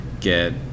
get